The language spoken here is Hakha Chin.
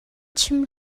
chim